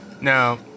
Now